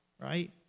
right